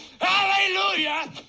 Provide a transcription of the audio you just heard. Hallelujah